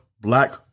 black